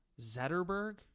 Zetterberg